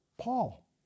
Paul